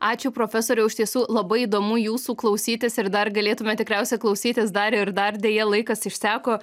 ačiū profesoriau iš tiesų labai įdomu jūsų klausytis ir dar galėtume tikriausiai klausytis dar ir dar deja laikas išseko